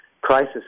crisis